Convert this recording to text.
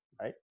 right